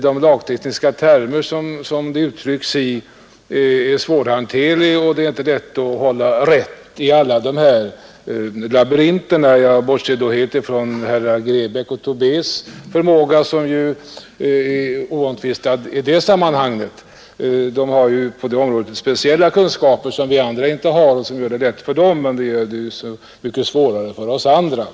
De lagtekniska termer som den uttrycks i är svårhanterliga, och det är inte lätt att hitta rätt i alla labyrinterna. Jag bortser då från herr Grebäcks och herr Tobés förmåga, som ju är oomtvistad i det sammanhanget. De har speciella kunskaper som vi andra inte har och som gör det lätt för dem men så mycket svårare för oss andra.